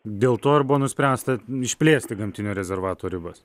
dėl to ir buvo nuspręsta išplėsti gamtinio rezervato ribas